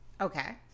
Okay